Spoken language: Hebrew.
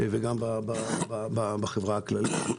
וגם בחברה הכללית.